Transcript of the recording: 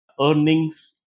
earnings